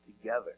together